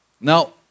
Now